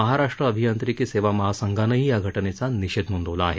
महाराष्ट्र अभियांत्रिकी सेवा महासंघानंही या घटनेचा निषेध नोंदवला आहे